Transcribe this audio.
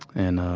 and,